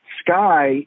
Sky